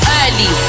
early